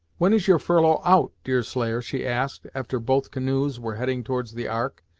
when is your furlough out, deerslayer she asked, after both canoes were heading towards the ark,